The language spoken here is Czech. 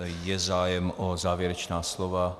Je zájem o závěrečná slova?